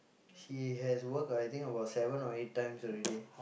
he has worked I think about seven or eight times already